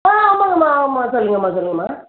ஆ ஆமாங்கம்மா ஆமாம்மா சொல்லுங்கம்மா சொல்லுங்கம்மா